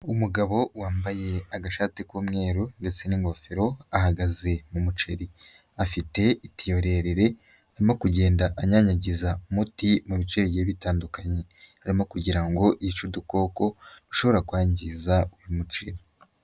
Umugabo wambaye agashati k'umweru ndetse n'ingofero, ahagaze mu muceri, afite itiyo, rirere, arimo kugenda anyanyagiza umuti mu bice bigiye bitandukanye, arimo kugira ngo yica udukoko, dushobora kwangiza uyu muceri.